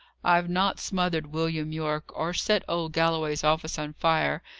i've not smothered william yorke, or set old galloway's office on fire,